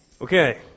Okay